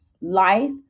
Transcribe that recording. life